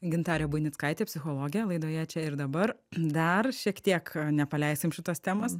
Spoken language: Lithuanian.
gintarė buinickaitė psichologė laidoje čia ir dabar dar šiek tiek nepaleisim šitos temos